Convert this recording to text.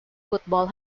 football